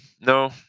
No